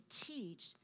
teach